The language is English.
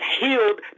healed